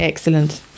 Excellent